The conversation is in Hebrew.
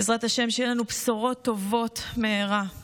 בעזרת השם, שיהיו לנו בשורות טובות במהרה.